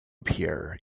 appear